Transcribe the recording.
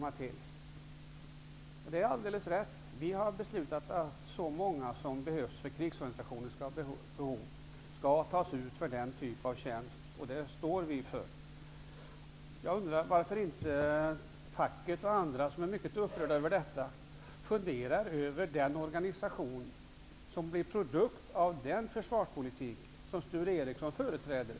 Det är alldeles rätt att vi har beslutat att så många värnpliktiga som det behövs för krigsorganisationen skall tas ut för den typen av tjänster. Det står vi för. Jag undrar varför inte facket och andra som är upprörda över detta funderar över den organisation som skulle bli en produkt av den försvarspolitik som Sture Ericson företräder.